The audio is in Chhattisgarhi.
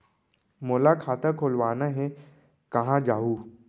मोला खाता खोलवाना हे, कहाँ जाहूँ?